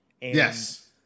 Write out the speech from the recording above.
yes